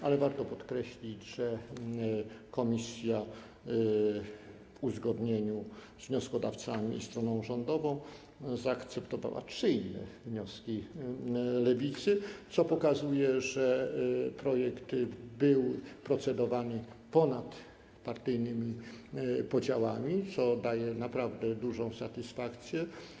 Warto jednak podkreślić, że komisja w uzgodnieniu z wnioskodawcami i stroną rządową zaakceptowała trzy inne wnioski Lewicy, co pokazuje, że projekt był procedowany ponad partyjnymi podziałami, co daje naprawdę dużą satysfakcję.